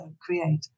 create